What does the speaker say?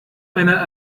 einer